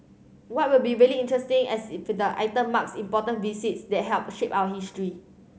what will be really interesting as if the item marks important visits that helped shape our history